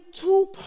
two